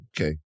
Okay